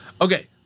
Okay